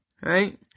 Right